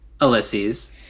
ellipses